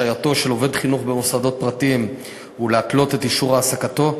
על השעייתו של עובד חינוך במוסדות פרטיים ולהתלות את אישור העסקתו,